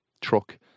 truck